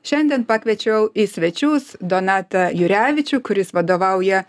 šiandien pakviečiau į svečius donatą jurevičių kuris vadovauja